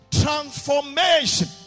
transformation